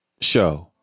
Show